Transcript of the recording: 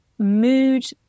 mood